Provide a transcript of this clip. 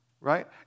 right